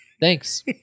Thanks